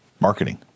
marketing